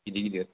गिदिर गिदिर